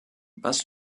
was